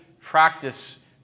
practice